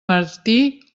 martí